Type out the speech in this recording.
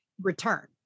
return